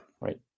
Right